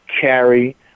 carry